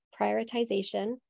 prioritization